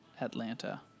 atlanta